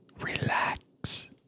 relax